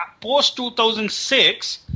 post-2006